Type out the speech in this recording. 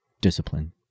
discipline